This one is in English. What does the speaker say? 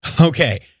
okay